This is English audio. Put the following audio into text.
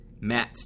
Matt